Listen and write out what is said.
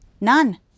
None